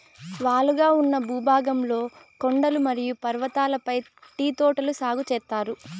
వాలుగా ఉన్న భూభాగంలో కొండలు మరియు పర్వతాలపై టీ తోటలు సాగు చేత్తారు